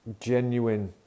genuine